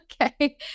okay